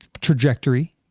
trajectory